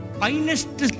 finest